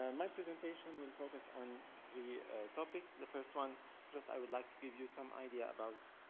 and my presentation will focus on three topics, the first one just i would like to give you some idea about